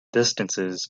distances